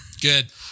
Good